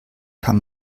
kann